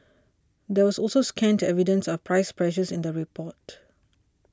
there was also scant the evidence of price pressures in the report